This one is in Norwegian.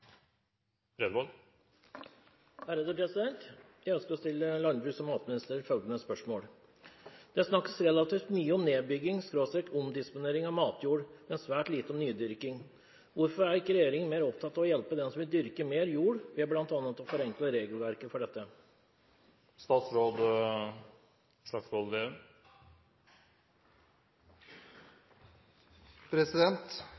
Jeg ønsker å stille landbruks- og matministeren følgende spørsmål: «Det snakkes relativt mye om nedbygging/omdisponering av matjord, men svært lite om nydyrking. Hvorfor er ikke regjeringen mer opptatt av å hjelpe dem som vil dyrke mer jord ved blant annet å forenkle regelverket for dette?»